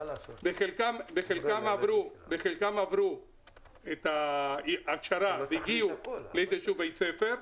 וחלקם עברו את ההכשרה והגיעו לאיזשהו בית ספר,